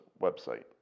website